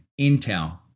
Intel